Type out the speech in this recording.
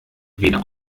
weder